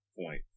point